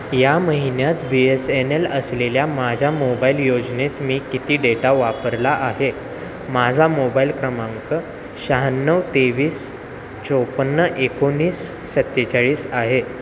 या महिन्यात B S N L असलेल्या माझ्या मोबाईल योजनेत मी किती डेटा वापरला आहे माझा मोबाईल क्रमांक शहाण्णव तेवीस चोपन्न एकोणीस सत्तेचाळीस आहे